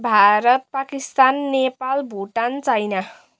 Bharat Pakistan Nepal Bhutan China